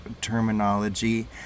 terminology